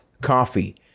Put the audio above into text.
coffee